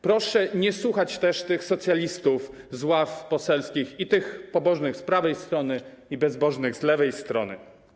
Proszę nie słuchać też tych socjalistów z ław poselskich, i tych pobożnych z prawej strony, i tych bezbożnych z lewej strony.